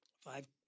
five